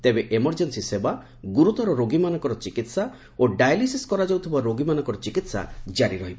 ତେବେ ଏମର୍ଜେନ୍ସି ସେବା ଗୁରୁତର ରୋଗୀମାନଙ୍କର ଚିକିହା ଓ ଡାଏଲିସିସ୍ କରାଯାଉଥିବା ରୋଗୀମାନଙ୍କର ଚିକିତ୍ସା ଜାରି ରହିବ